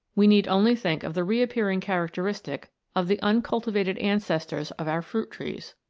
we need only think of the reappearing characteristic of the uncultivated ancestors of our fruit trees.